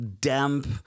damp